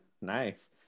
Nice